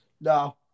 No